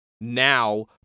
now